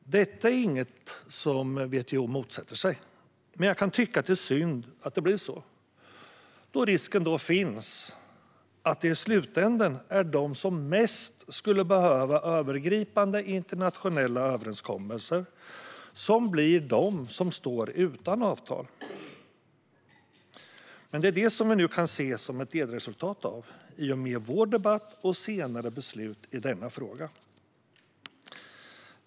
Detta är inget som WTO motsätter sig, men jag kan tycka att det är synd att det blir så, då risken finns att det i slutändan är de som mest skulle behöva övergripande internationella överenskommelser som blir de som står utan avtal. Det är det som vi nu kan se som ett delresultat av i och med vår debatt och senare beslut i denna fråga.